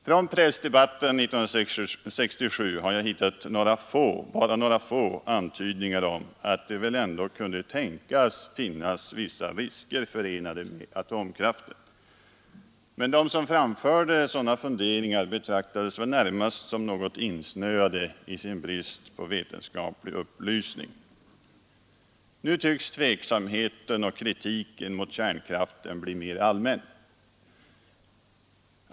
Från pressdebatten 1967 har jag hittat bara några få antydningar om att det väl ändå kunde tänkas finnas vissa risker förenade med atomkraften. Men de som framförde sådana funderingar betraktades närmast som något insnöade i sin brist på vetenskaplig upplysning. Nu tycks tveksamheten och kritiken mot kärnkraften bli mer allmän.